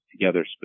together